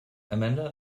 amanda